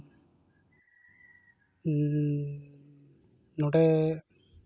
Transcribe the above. ᱱᱚᱸᱰᱮ